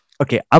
okay